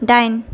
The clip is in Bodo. दाइन